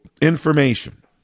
information